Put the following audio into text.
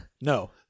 No